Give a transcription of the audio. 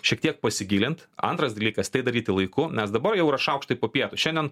šiek tiek pasigilint antras dalykas tai daryti laiku nes dabar jau šaukštai po pietų šiandien